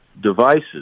devices